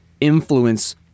influence